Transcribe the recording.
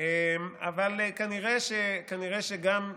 אבל כנראה שגם,